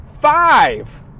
five